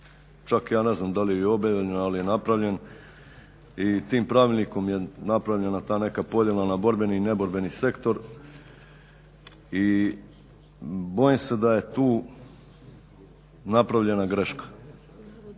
čak ja ne znam da li je i objavljen ali je napravljen i tim pravilnikom je napravljena ta neka podjela na borbeni i neborbeni sektor i bojim se da je tu napravljena greška